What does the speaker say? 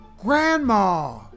Grandma